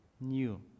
new